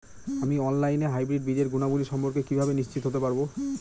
আমি অনলাইনে হাইব্রিড বীজের গুণাবলী সম্পর্কে কিভাবে নিশ্চিত হতে পারব?